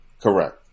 Correct